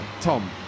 Tom